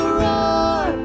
roar